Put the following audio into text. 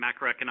macroeconomic